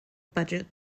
budget